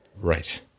Right